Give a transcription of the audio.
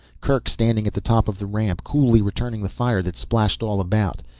kerk standing at the top of the ramp, coolly returning the fire that splashed all about.